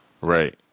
Right